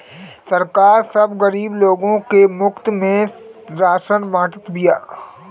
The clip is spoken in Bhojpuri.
सरकार सब गरीब लोग के मुफ्त में राशन बांटत बिया